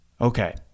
Okay